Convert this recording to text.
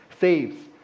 saves